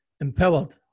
Empowered